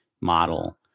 model